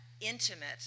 intimate